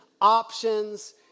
options